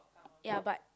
ya but